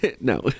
No